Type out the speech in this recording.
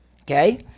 Okay